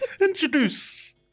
introduce